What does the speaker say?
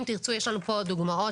אם תרצו, יש לנו כאן דוגמאות.